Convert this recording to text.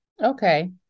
Okay